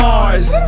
Mars